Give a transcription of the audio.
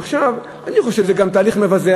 אני חושב שזה גם תהליך מבזה.